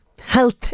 health